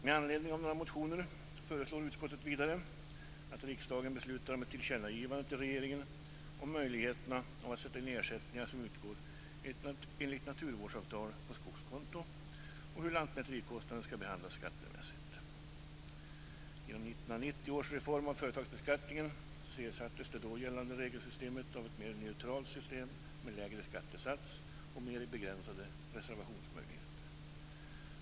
Med anledning av några motioner föreslår utskottet att riksdagen beslutar om ett tillkännagivande till regeringen om möjligheterna av att sätta in ersättningar som utgår enligt naturvårdsavtal på skogskonto och hur lantmäterikostnader ska behandlas skattemässigt. Genom 1990 års reform av företagsbeskattningen ersattes det då gällande regelsystemet av ett mer neutralt system med lägre skattesats och mer begränsade reservationsmöjligheter.